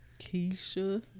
Keisha